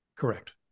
Correct